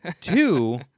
Two